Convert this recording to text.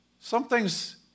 Something's